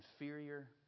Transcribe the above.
inferior